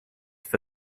for